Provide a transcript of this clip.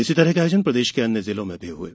इसी तरह के आयोजन प्रदेश के अन्य जिलों में भी हुये